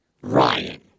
Ryan